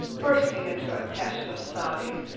bursting into a passion of sobbing.